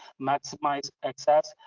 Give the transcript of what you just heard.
maximize access,